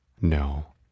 No